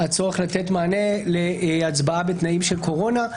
הצורך לתת מענה להצבעה בתנאים של קורונה.